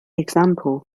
example